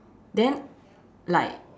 then like